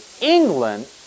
England